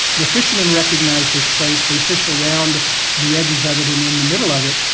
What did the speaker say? the fishermen recognise this place, they fish around the edges of it and in the middle of it,